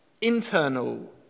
internal